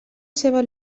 seva